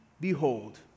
behold